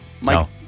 Mike